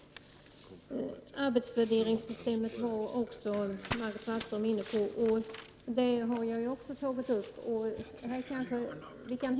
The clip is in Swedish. Margot Wallström nämde också arbetsvärderingssystemet. Det är något som också jag har tagit upp.